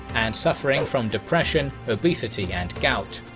and suffering from depression, obesity and gout.